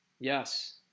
Yes